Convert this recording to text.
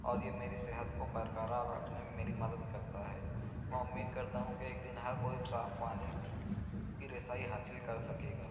اور یہ میری صحت کو برقرار رکھنے میں میری مدد کرتا ہے میں امید کرتا ہوں کہ ایک دن ہر کوئی صاف پانی کی رسائی حاصل کر سکے گا